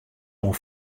oan